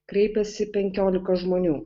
kreipėsi penkiolika žmonių